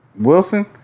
Wilson